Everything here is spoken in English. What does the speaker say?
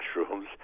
mushrooms